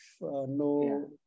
no